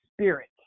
spirit